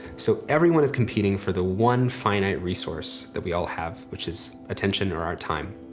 so everyone is competing for the one finite resource that we all have which is attention or our time.